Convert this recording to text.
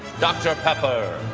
dr. pepper,